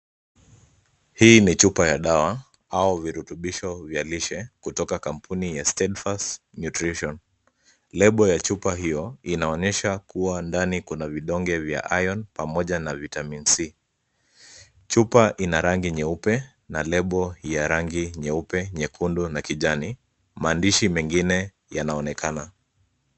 Hii ni chupa ya dawa au virutubisho vya lishe kutoka kampuni ya Steadfast Nutrition. Lebo ya chupa hiyo inaonyesha kuwa ndani kuna vidonge vya Iron pamoja na Vitamin C . Chupa ina rangi nyeupe, na lebo ya rangi nyeupe, nyekundu na kijani, maandishi mengine yanaonekana.